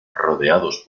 rodeados